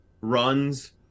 runs